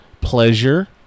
pleasure